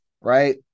right